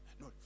No